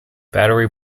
battery